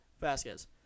Vasquez